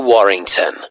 Warrington